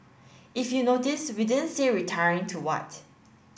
if you notice we didn't say retiring to what